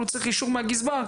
הוא צריך אישור מהגזבר,